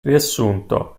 riassunto